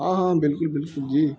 ہاں ہاں بالکل بالکل جی